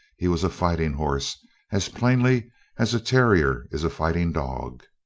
he was a fighting horse as plainly as a terrier is a fighting dog.